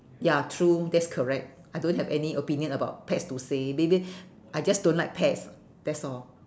ya true that's correct I don't have any opinion about pets to say maybe I just don't like pets that's all